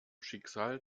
schicksal